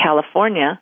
California